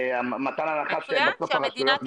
מתן ההנחה שבסוף הרשויות נותנות.